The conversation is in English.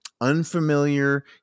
unfamiliar